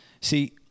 See